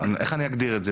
איך אני אגדיר את זה?